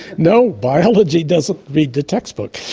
no, biology doesn't read the textbook.